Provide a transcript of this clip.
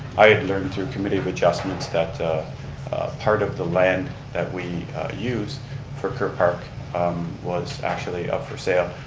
i had learned through a committee of adjustments that part of the land that we use for ker park was actually up for sale,